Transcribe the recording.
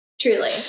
Truly